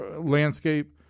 landscape